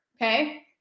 okay